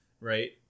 right